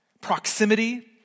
Proximity